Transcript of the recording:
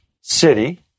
city